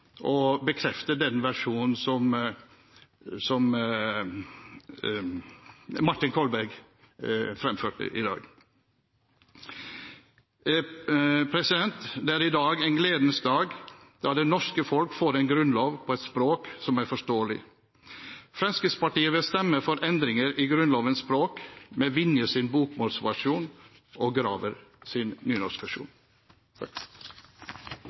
å bekrefte den versjonen som Martin Kolberg fremførte i dag. Det er i dag en gledens dag, da det norske folk får en grunnlov på et språk som er forståelig. Fremskrittspartiet vil stemme for endringer i Grunnlovens språk i samsvar med Vinjes bokmålsversjon og